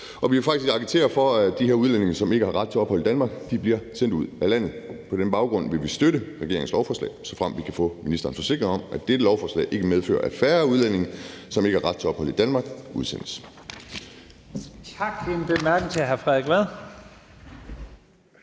os. Vi vil faktisk agitere for, at de her udlændinge, som ikke har ret til ophold i Danmark, bliver sendt ud af landet. På den baggrund vil vi støtte regeringens lovforslag, såfremt vi kan få ministerens forsikring om, at dette lovforslag ikke medfører, at færre udlændinge, som ikke har ret til ophold i Danmark, udsendes.